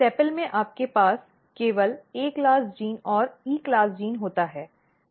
sepal में आपके पास केवल A क्लास जीन और E क्लास जीन होता है